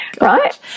right